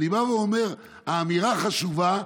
אני אומר שהאמירה חשובה.